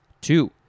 Two